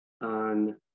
on